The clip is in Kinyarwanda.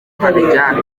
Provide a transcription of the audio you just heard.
abijyane